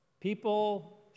People